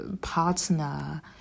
partner